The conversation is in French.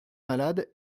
malades